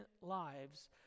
lives